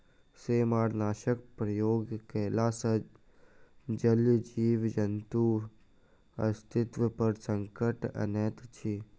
सेमारनाशकक प्रयोग कयला सॅ जलीय जीव जन्तुक अस्तित्व पर संकट अनैत अछि